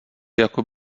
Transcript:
jako